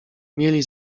mieli